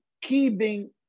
keeping